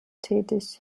tätig